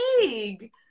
big